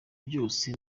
byose